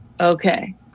Okay